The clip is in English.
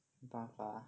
没办法